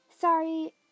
sorry